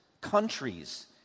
countries